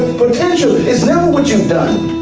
potential is never what you've done,